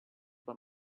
when